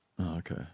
okay